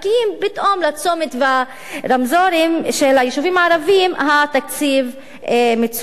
פתאום לצמתים ולרמזורים של היישובים הערביים התקציב מצומצם.